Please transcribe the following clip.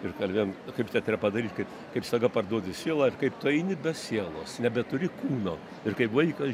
ir kalbėjom kaip teatre padaryt kad kaip staiga parduodi sielą kaip tu eini be sielos nebeturi kūno ir kaip vaikas